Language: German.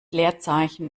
leerzeichen